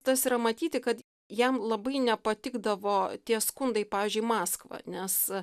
tas yra matyti kad jam labai nepatikdavo tie skundai pavyzdžiui į maskvą nes